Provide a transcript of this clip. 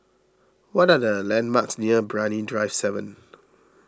what are the landmarks near Brani Drive seven